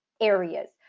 areas